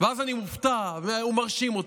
ואז אני מופתע והוא מרשים אותי.